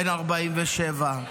בן 47,